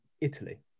Italy